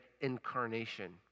incarnation